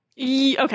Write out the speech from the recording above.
Okay